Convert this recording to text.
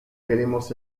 queremos